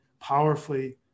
powerfully